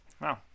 Wow